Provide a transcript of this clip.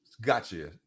Gotcha